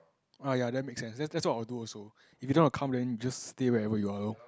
ah ya that makes sense that's that's what I will do also if you don't want to come then just stay wherever you are lor